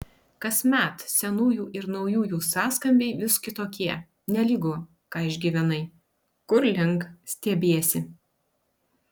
kasmet senųjų ir naujųjų sąskambiai vis kitokie nelygu ką išgyvenai kur link stiebiesi